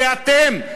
זה אתם,